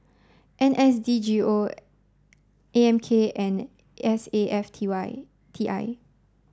N S D G O A M K and S A F T Y T I